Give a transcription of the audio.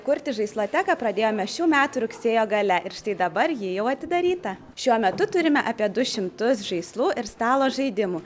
kurti žaisloteką pradėjome šių metų rugsėjo gale ir štai dabar ji jau atidaryta šiuo metu turime apie du šimtus žaislų ir stalo žaidimų